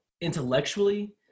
intellectually